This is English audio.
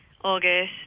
August